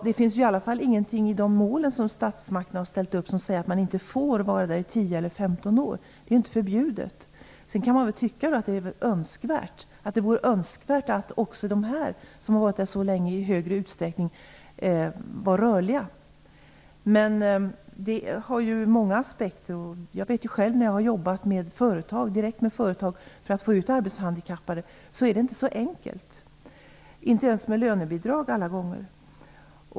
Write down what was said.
Det finns i varje fall ingenting i de mål som statsmakterna har ställt upp som säger att man inte får vara där i 10 eller 15 år. Det är inte förbjudet. Sedan kan man tycka att det vore önskvärt att också dessa personer som varit där så länge i högre utsträckning var rörliga. Men det finns många aspekter. Jag har själv sett när jag har jobbat direkt med företag för att få ut arbetshandikappade att det inte är så enkelt, inte ens med lönebidrag alla gånger.